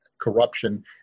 corruption